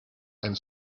and